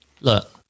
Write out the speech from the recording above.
look